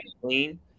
clean